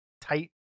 tight